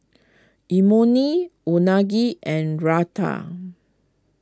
Imoni Unagi and Raita